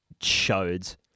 shows